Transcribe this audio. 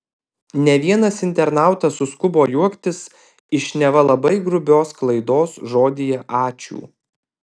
ne vienas internautas suskubo juoktis iš neva labai grubios klaidos žodyje ačiū